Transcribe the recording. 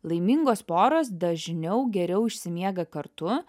laimingos poros dažniau geriau išsimiega kartu